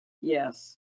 Yes